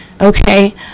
Okay